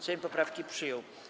Sejm poprawki przyjął.